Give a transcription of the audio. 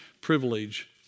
privilege